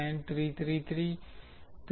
933 plus j 4